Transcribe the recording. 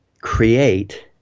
create